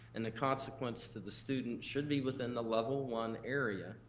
and the consequence to the student should be within the level one area,